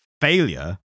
failure